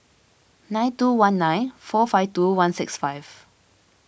nine two one nine four five two one six five